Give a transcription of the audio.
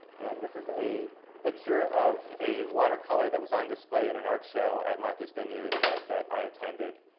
and this is a picture of a water color that was on display at an art show at martha's vineyard that that i attended.